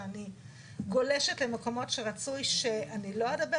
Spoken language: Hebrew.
שאני גולשת למקומות שרצוי שאני לא אדבר